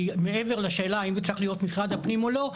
היא מעבר לשאלה האם זה צריך להיות משרד הפנים או לא,